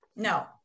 No